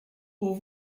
pour